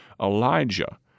Elijah